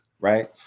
right